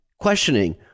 questioning